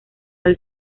del